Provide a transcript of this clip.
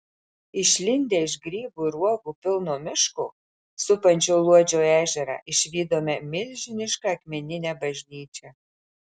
išlindę iš grybų ir uogų pilno miško supančio luodžio ežerą išvydome milžinišką akmeninę bažnyčią